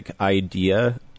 idea